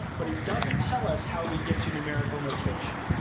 but it doesn't tell us how we get to numerical notation.